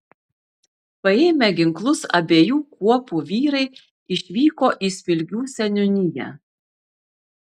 paėmę ginklus abiejų kuopų vyrai išvyko į smilgių seniūniją